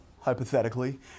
hypothetically